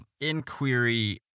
inquiry